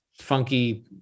funky